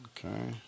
Okay